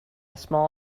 small